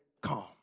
calm